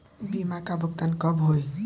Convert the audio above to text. बीमा का भुगतान कब होइ?